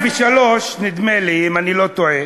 ב-2003, נדמה לי, אם אני לא טועה,